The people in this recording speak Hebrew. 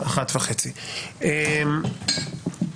אז נוצר מעמד מיוחד.